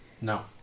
No